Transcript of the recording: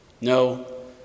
No